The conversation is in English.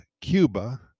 Cuba